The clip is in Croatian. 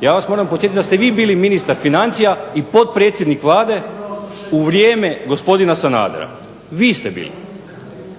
Ja vas moram podsjetiti da ste vi bili ministar financija i potpredsjednik Vlade u vrijeme gospodina Sanadera. Vi ste bili.